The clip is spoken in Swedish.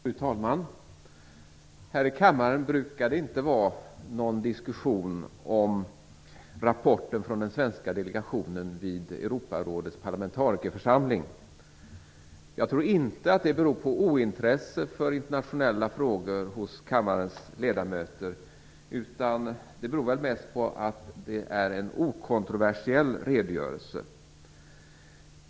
Fru talman! Här i kammaren brukar det inte vara någon diskussion om rapporten från den svenska delegationen vid Europarådets parlamentarikerförsamling. Jag tror inte att det beror på ointresse för internationella frågor hos kammarens ledamöter. Det beror nog mest på att det är en okontroversiell redogörelse.